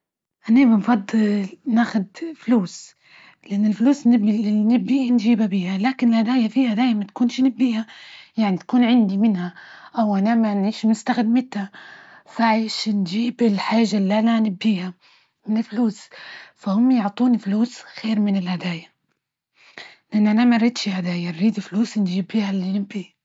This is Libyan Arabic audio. أني بنفضل نأخذ فلوس لأن الفلوس إللي نبي نجيبه بيها، لكن الهدايا فيها دايما ما تكونش نبيها، يعني تكون عندي منها أو أنا ما نيش مستخدمتها، فعيش نجيب الحاجة إللي أنا نبيها من فلوس، فهم يعطوني فلوس خير من الهدايا، لان أنى ما نبيش هدايا، ن ريد فلوس نجيب بيها اللى نبى.